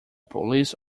police